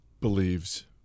believes